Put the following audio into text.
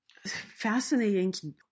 fascinating